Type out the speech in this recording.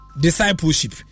discipleship